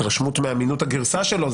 התרשמות מאמינות הגרסה שלו,